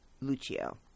Lucio